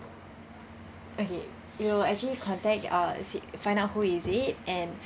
okay you know actually contact uh see find out who is it and